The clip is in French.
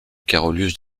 carolus